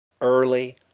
Early